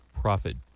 profit